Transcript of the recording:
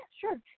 sure